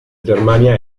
germania